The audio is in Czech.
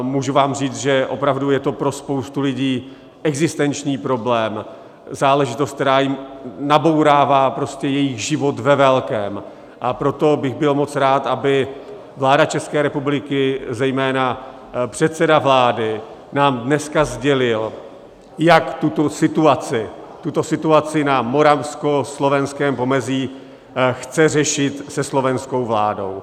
Můžu vám říct, že opravdu je to pro spoustu lidí existenční problém, záležitost, která jim nabourává jejich život ve velkém, a proto bych byl moc rád, aby vláda České republiky, zejména předseda vlády, nám dneska sdělil, jak tuto situaci na moravskoslovenském pomezí chce řešit se slovenskou vládou.